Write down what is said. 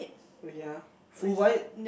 wait ya full white